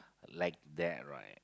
like that right